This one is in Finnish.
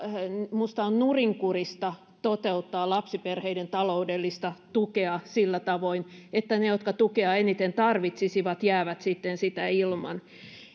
minusta on nurinkurista toteuttaa lapsiperheiden taloudellista tukea sillä tavoin että ne jotka tukea eniten tarvitsisivat jäävät sitten sitä ilman